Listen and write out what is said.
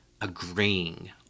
agreeing